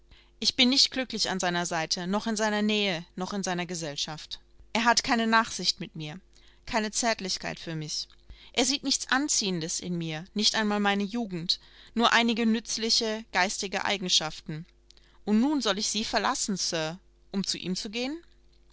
ich bin nicht glücklich an seiner seite noch in seiner nähe noch in seiner gesellschaft er hat keine nachsicht mit mir keine zärtlichkeit für mich er sieht nichts anziehendes in mir nicht einmal meine jugend nur einige nützliche geistige eigenschaften und nun soll ich sie verlassen sir um zu ihm zu gehen